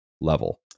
level